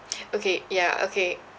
okay ya okay